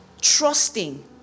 trusting